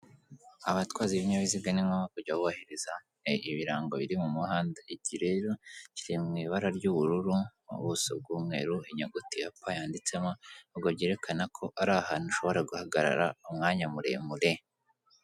Abatwazi b'ibinyabiziga ni ngombwa kujya bubahiriza ibirango biri mu muhanda, iki rero kiri mu ibara ry'ubururu mu buso bw'umweru inyuguti ya P yanditsemo ngo byerekana ko ari ahantu ushobora guhagarara umwanya muremure.